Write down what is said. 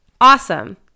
awesome